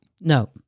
No